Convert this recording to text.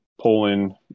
Poland